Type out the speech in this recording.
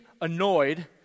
annoyed